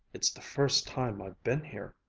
it's the first time i've been here,